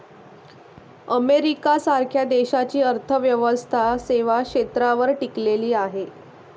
America सारख्या देशाची अर्थव्यवस्था सेवा क्षेत्रावर टिकलेली आहे